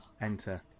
enter